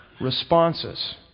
responses